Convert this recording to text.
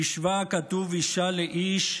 "השווה הכתוב אישה לאיש,